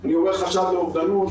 אני אומר חשד לאובדנות,